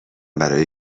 برای